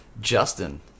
Justin